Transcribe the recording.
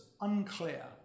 unclear